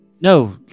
No